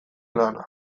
lana